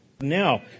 Now